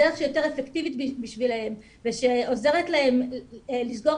הדרך שיותר אפקטיבית עבורם ושעוזרת להם לסגור